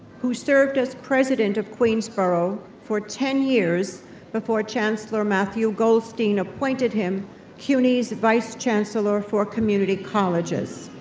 who served as president of queensborough for ten years before chancellor matthew goldstein appointed him cuny's vice chancellor for community colleges.